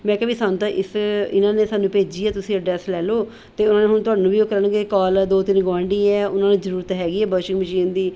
ਮੈਂ ਕਿਹਾ ਵੀ ਸਾਨੂੰ ਤਾਂ ਇਸ ਇਹਨਾਂ ਨੇ ਸਾਨੂੰ ਭੇਜੀ ਹੈ ਤੁਸੀਂ ਐਡਰੈੱਸ ਲੈ ਲਓ ਅਤੇ ਉਨ੍ਹਾਂ ਨੇ ਹੁਣ ਤੁਹਾਨੂੰ ਵੀ ਉਹ ਕਰਨਗੇ ਕੋਲ ਦੋ ਤਿੰਨ ਗੁਆਂਢੀ ਹੈ ਉਹਨਾਂ ਨੂੰ ਜ਼ਰੂਰਤ ਹੈਗੀ ਹੈ ਵੋਸ਼ਿੰਗ ਮਸ਼ੀਨ ਦੀ